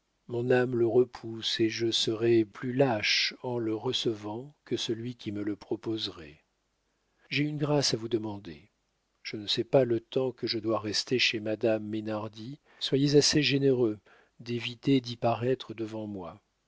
mon ame le repousse et je cerois plus lache en le resevent que celui qui me le proposerai j'ai une grâce a vous demander je ne sais pas le temps que je dois rester chez madame meynardie soyez assez généreux déviter di paroitre devent moi